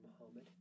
Muhammad